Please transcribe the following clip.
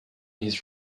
his